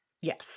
Yes